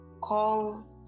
call